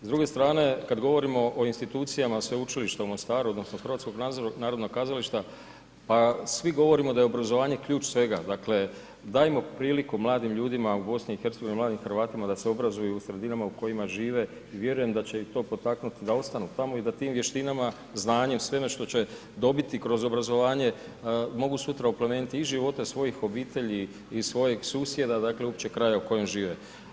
S druge strane, kad govorimo o institucijama Sveučilišta u Mostaru odnosno HNK pa svi govorimo da je obrazovanje ključ svega, dakle dajmo priliku mladim ljudima u BiH-a, mladim Hrvatima da se obrazuju u sredinama u kojima žive i vjerujem da će ih to potaknuti da ostanu tamo i da tim vještinama, znanjem, svime što će dobiti kroz obrazovanje mogu sutra oplemeniti i živote svojih obitelji i svojeg susjeda, dakle uopće kraja u kojem žive.